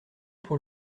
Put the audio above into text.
pour